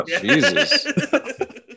Jesus